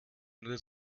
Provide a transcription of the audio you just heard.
nur